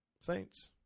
Saints